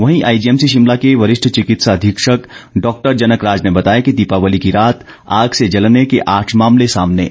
वहीं आईजीएमसी शिमला के वरिष्ठ चिकित्सा अधीक्षक डॉक्टर जनक राज ने बताया कि दीपावली की रात आग से जलने के आठ मामले सामने आए है